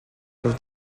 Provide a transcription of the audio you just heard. los